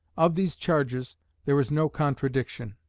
of these charges there is no contradiction.